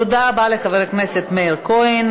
תודה רבה לחבר הכנסת מאיר כהן.